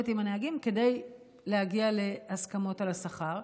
עם הנהגים כדי להגיע להסכמות על השכר.